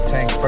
Tank